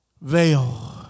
veil